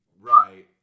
right